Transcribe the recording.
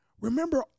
Remember